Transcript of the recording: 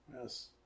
Yes